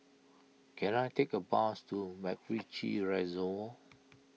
can I take a bus to MacRitchie Reservoir